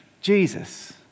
Jesus